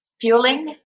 fueling